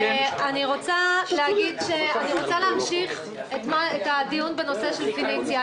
אני רוצה להמשיך את הדיון בנושא פניציה.